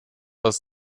aus